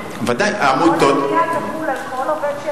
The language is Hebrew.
כל עלייה תחול על כל עובד,